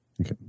Okay